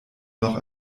noch